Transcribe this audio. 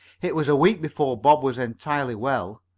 it was a week before bob was entirely well.